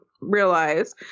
realize